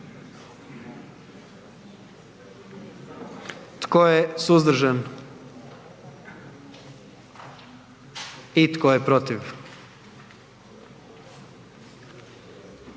Tko je suzdržan? I tko je protiv?